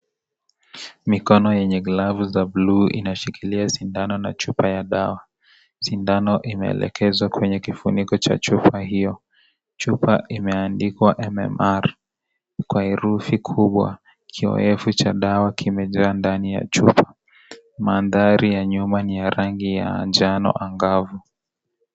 Mikono yenye glavu za buluu inashikilia sindano na chupa ya dawa, sindano inaelekezwa kwenye kifuniko cha chupa hiyo, chupa imeandikwa MMR kwa herufi kubwa kioevu cha dawa kimejaa ndani ya chupa mandhari ya nyuma ni rangi ya njano angavu.